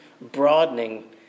broadening